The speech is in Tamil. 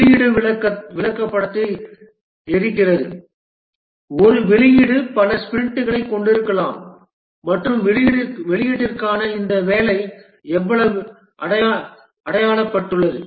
வெளியீடு விளக்கப்படத்தை எரிக்கிறது ஒரு வெளியீடு பல ஸ்பிரிண்ட்களைக் கொண்டிருக்கலாம் மற்றும் வெளியீட்டிற்கான இந்த வேலை எவ்வளவு அடையப்பட்டுள்ளது